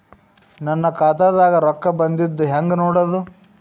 ನನ್ನ ಖಾತಾದಾಗ ರೊಕ್ಕ ಬಂದಿದ್ದ ಹೆಂಗ್ ನೋಡದು?